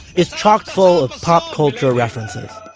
is chock-full of pop culture references.